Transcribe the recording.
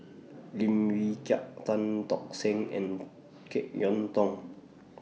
Lim Wee Kiak Tan Tock Seng and Jek Yeun Thong